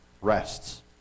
rests